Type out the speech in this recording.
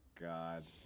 God